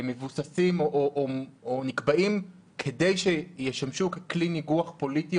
מבוססים או נקבעים כדי שישמשו ככלי ניגוח פוליטי